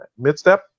midstep